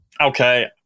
okay